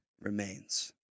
remains